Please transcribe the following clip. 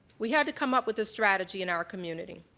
we had to come up with a strategy in our community.